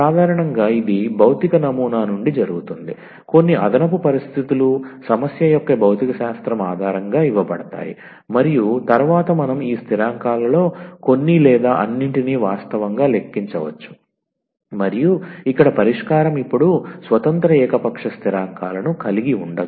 సాధారణంగా ఇది భౌతిక నమూనా నుండి జరుగుతుంది కొన్ని అదనపు పరిస్థితులు సమస్య యొక్క భౌతికశాస్త్రం ఆధారంగా ఇవ్వబడతాయి మరియు తరువాత మనం ఈ స్థిరాంకాలలో కొన్ని లేదా అన్నింటిని వాస్తవంగా లెక్కించవచ్చు మరియు ఇక్కడ పరిష్కారం ఇప్పుడు స్వతంత్ర ఏకపక్ష స్థిరాంకాలను కలిగి ఉండదు